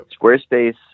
squarespace